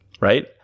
right